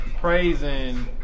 Praising